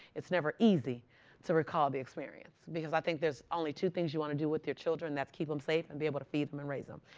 it's never easy to recall the experience, because i think there's only two things you want to do with your children. and that's keep them safe and be able to feed them and raise them.